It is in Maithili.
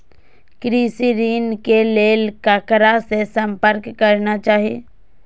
कृषि ऋण के लेल ककरा से संपर्क करना चाही?